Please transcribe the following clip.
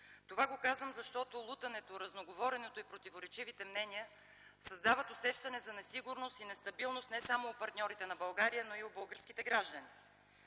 Това го казвам, защото лутането, разноговоренето и противоречивите мнения създават усещане за несигурност и нестабилност не само у партньорите на България, но и у българските граждани.